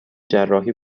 جراحی